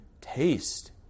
taste